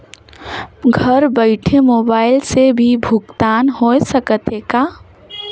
घर बइठे मोबाईल से भी भुगतान होय सकथे का?